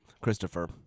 Christopher